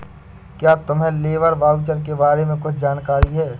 क्या तुम्हें labour voucher के बारे में कुछ जानकारी है?